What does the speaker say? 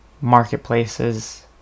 marketplaces